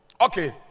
Okay